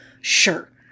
Sure